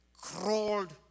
crawled